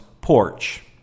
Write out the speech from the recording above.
porch